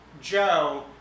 joe